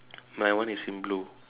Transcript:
my one is in blue